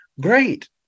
great